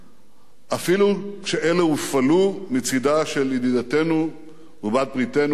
אפילו כשאלה הופעלו מצדה של ידידתנו ובת-בריתנו הגדולה,